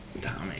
Tommy